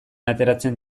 ateratzen